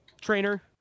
trainer